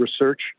research